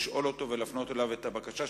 לשאול אותו ולהפנות אליו את הבקשה,